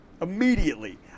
Immediately